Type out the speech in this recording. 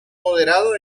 moderado